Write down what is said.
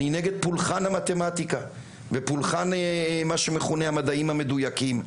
אני נגד פולחן המתמטיקה ופולחן מה שמכונה המדעים המדויקים.